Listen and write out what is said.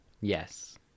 yes